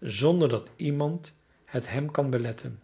zonder dat iemand het hem kan beletten